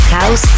House